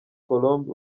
colombe